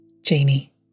Janie